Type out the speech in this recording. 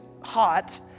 hot